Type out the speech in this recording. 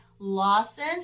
Lawson